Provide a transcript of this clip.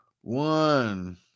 one